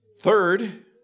Third